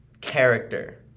Character